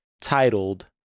titled